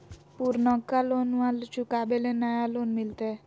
पुर्नका लोनमा चुकाबे ले नया लोन मिलते?